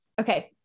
Okay